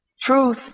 Truth